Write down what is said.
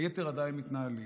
היתר עדיין מתנהלים.